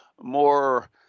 more –